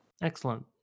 Excellent